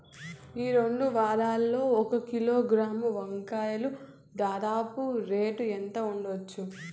ఈ రెండు వారాల్లో ఒక కిలోగ్రాము వంకాయలు దాదాపు రేటు ఎంత ఉండచ్చు?